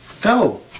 Go